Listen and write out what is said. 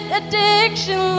addiction